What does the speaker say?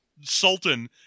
sultan